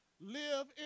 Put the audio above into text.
live